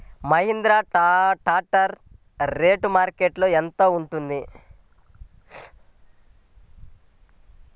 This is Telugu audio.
మహేంద్ర ట్రాక్టర్ రేటు మార్కెట్లో యెంత ఉంటుంది?